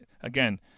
again –